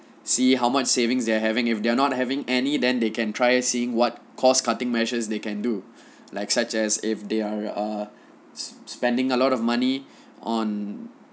see how much savings they're having if they are not having any then they can try seeing what cost cutting measures they can do like such as if they are err spending a lot of money on